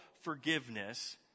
forgiveness